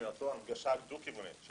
כול אי-אפשר או קשה מאוד להזמין כרטיסים,